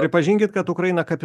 pripažinkit kad ukraina kad